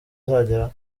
azageraho